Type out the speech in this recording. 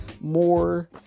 more